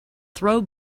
throw